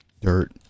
dirt